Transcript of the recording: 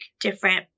different